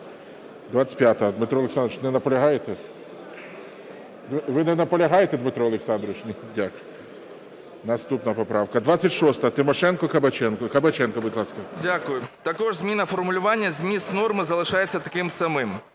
Дякую. Також зміна формулювання, зміст норми залишається таким самим.